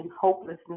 hopelessness